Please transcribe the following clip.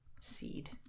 seed